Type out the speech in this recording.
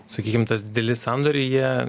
sakykim tas dideli sandoriai jie